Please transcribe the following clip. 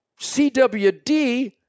CWD